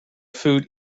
food